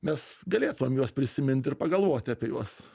mes galėtumėm juos prisimint ir pagalvot apie juos